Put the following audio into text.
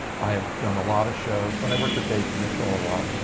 i've done a lot of shows when i work with david mitchell a lot,